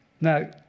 Now